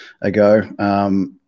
ago